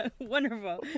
Wonderful